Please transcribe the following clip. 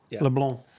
LeBlanc